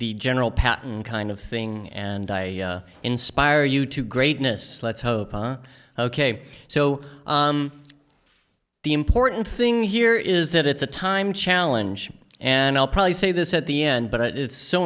the general patton kind of thing and i inspire you to greatness let's hope ok so the important thing here is that it's a time challenge and i'll probably say this at the end but it's so